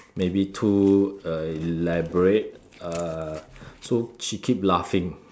maybe too uh elaborate uh so she keep laughing